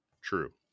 True